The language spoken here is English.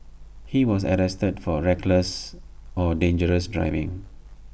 he was arrested for reckless or dangerous driving